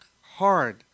hard